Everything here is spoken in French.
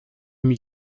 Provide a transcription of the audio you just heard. m’y